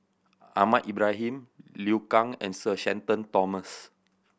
Ahmad Ibrahim Liu Kang and Sir Shenton Thomas